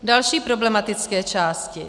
Další problematické části.